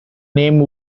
name